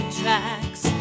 tracks